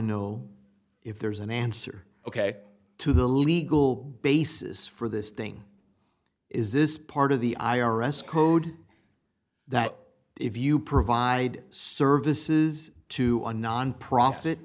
know if there's an answer ok to the legal basis for this thing is this part of the i r s code that if you provide services to a nonprofit